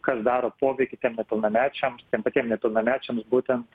kas daro poveikį tiem nepilnamečiams tiem patiem nepilnamečiams būtent